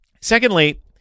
Secondly